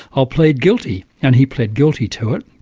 i'll plead guilty. and he pled guilty to it.